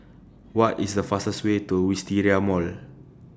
What IS The fastest Way to Wisteria Mall